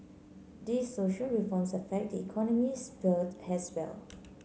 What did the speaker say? these social reforms affect the economic sphere as well